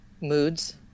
moods